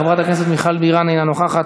חברת הכנסת מיכל בירן, אינה נוכחת.